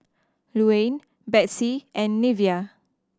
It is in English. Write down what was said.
Luann Betsey and Neveah